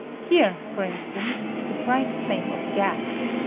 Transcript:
here, for instance, is a bright flame of gas.